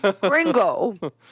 Gringo